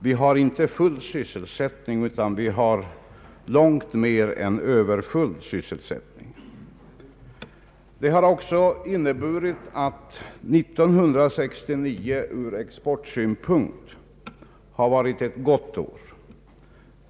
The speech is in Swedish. Vi har inte bara full sysselsättning, vi har långt mer än överfuil sysselsättning. Det har också inneburit att 1969 ur exportsynpunkt varit ett gott år.